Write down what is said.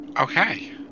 Okay